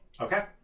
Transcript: okay